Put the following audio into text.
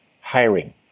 hiring